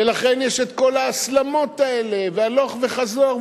ולכן יש כל ההסלמות האלה והלוך וחזור,